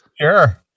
Sure